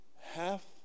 half